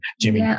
Jimmy